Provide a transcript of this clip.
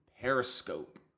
Periscope